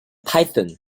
python